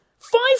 Five